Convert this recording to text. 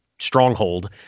stronghold